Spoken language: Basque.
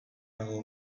dago